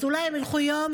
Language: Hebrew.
אז אולי הם ילכו יום,